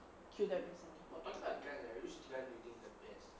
kill them easily